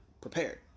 prepared